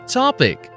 topic